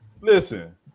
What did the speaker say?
listen